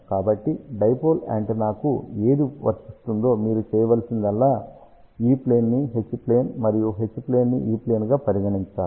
కాబట్టి డైపోల్ యాంటెన్నాకు ఏది వర్తిస్తుందో మీరు చేయాల్సిందల్లా E ప్లేన్ ని H ప్లేన్ మరియు H ప్లేన్ ని E ప్లేన్ గా పరిగణించాలి